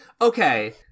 okay